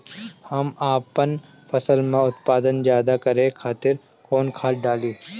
हम आपन फसल में उत्पादन ज्यदा करे खातिर कौन खाद डाली?